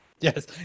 Yes